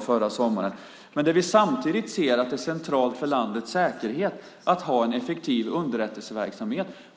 förra sommarens debatt, dels ser vi att det är centralt för landets verksamhet att ha en effektiv underrättelseverksamhet.